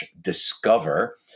discover